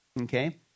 Okay